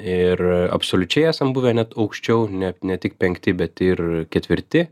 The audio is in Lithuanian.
ir absoliučiai esam buvę net aukščiau net ne tik penkti bet ir ketvirti